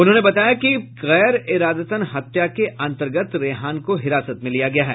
उन्होंने बताया कि गैर इरादतन हत्या के अन्तर्गत रेहान को हिरासत में लिया गया है